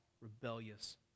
rebellious